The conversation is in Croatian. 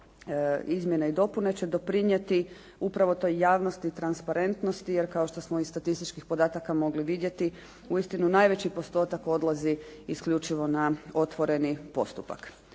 izmjene i dopune će doprinijeti upravo toj javnosti, transparentnosti jer kao što smo iz statističkih podataka mogli vidjeti, uistinu najveći postotak odlazi isključivo na otvoreni postupak.